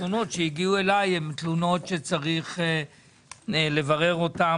התלונות שהגיעו אלי הן תלונות שצריך לברר אותן.